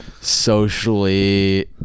socially